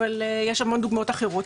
אבל יש גם המון דוגמאות אחרות.